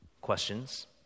questions